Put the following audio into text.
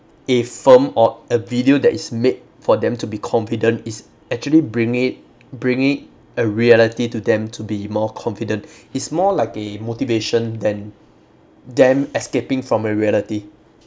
a film or a video that is made for them to be confident is actually bringing it bringing a reality to them to be more confident it's more like a motivation than them escaping from a reality